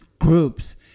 groups